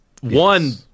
One